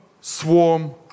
swarm